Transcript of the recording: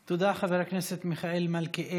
תודה, חבר הכנסת מלכיאלי.